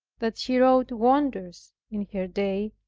that she wrought wonders in her day,